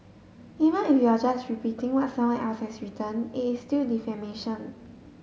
even if you are just repeating what someone else has written it's still defamation